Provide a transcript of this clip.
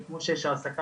וכמו שיש העסקה